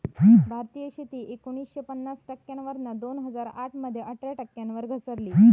भारतीय शेती एकोणीसशे पन्नास टक्क्यांवरना दोन हजार आठ मध्ये अठरा टक्क्यांवर घसरली